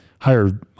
higher